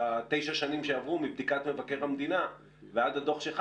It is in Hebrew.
בתשע השנים שעברו מבדיקת מבקר המדינה ועד הדוח שלך